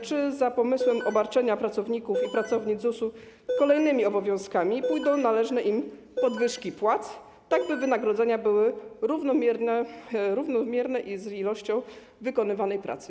Czy za pomysłem obarczenia pracowników i pracownic ZUS kolejnymi obowiązkami pójdą należne im podwyżki płac, tak by wynagrodzenia były współmierne do ilości wykonywanej pracy?